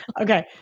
okay